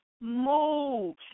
move